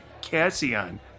Cassian